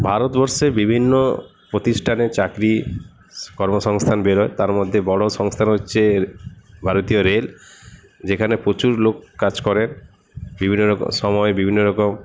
ভারতবর্ষে বিভিন্ন প্রতিষ্ঠানে চাকরি কর্মসংস্থান বেরোয় তার মধ্যে বড়ো সংস্থা হচ্ছে ভারতীয় রেল যেখানে প্রচুর লোক কাজ করে বিভিন্ন সময় বিভিন্ন রকম